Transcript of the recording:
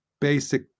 basic